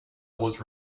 was